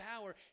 power